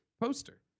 poster